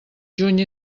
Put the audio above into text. juny